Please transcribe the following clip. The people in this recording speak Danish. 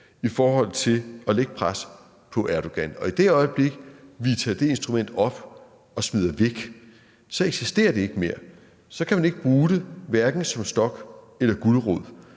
i forhold til at lægge pres på Erdogan. Og i det øjeblik, vi tager det instrument op og smider det væk, så eksisterer det ikke mere. Så kan man ikke bruge det hverken som stok eller gulerod.